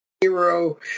hero